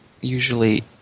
usually